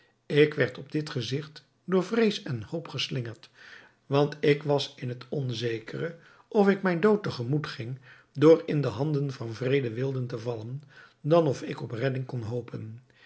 ik werd op dit gezigt door vrees en hoop geslingerd want ik was in het onzekere of ik mijn dood te gemoet ging door in de handen van wreede wilden te vallen dan of ik op redding kon hopen